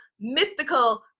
mystical